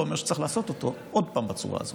לא אומר שצריך לעשות אותו עוד פעם בצורה הזאת.